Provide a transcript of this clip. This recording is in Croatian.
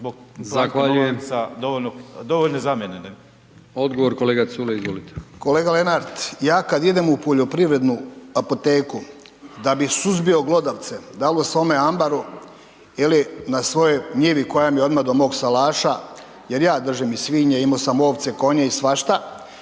Odgovor kolega Culej. Izvolite. **Culej, Stevo (HDZ)** Kolega Lenart, ja kada idem u poljoprivrednu apoteku da bi suzbio glodavce dal u svom ambaru ili na svojoj njivi koja mi je odmah do mog salaša jer ja držim i svinje, imao sam ovce, konje i svašta,